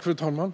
Fru talman!